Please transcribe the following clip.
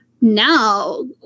now